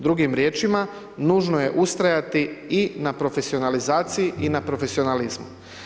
Drugim riječima, nužno je ustrajati i na profesionalizaciji i na profesionalizmu.